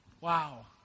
Wow